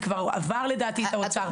זה כבר עבר לדעתי את האוצר.